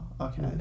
okay